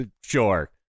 sure